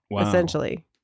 essentially